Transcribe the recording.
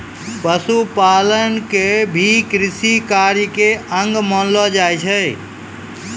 पशुपालन क भी कृषि कार्य के अंग मानलो जाय छै